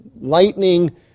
lightning